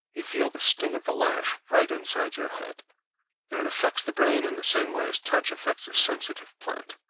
you feel the sting of the lash right inside your head and it affects the brain in the same way as touch affects a sensitive plant,